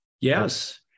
Yes